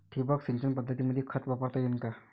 ठिबक सिंचन पद्धतीमंदी खत वापरता येईन का?